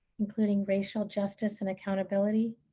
including racial justice and accountability,